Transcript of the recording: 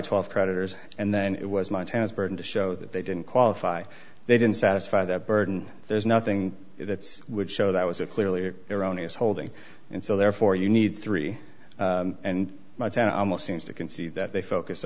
twelve creditors and then it was montana's burden to show that they didn't qualify they didn't satisfy that burden there's nothing that would show that was a clearly erroneous holding and so therefore you need three and my ten almost seems to concede that they focus